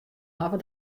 hawwe